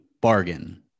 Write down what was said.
bargain